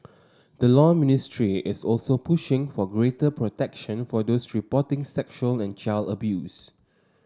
the Law Ministry is also pushing for greater protection for those reporting sexual and child abuse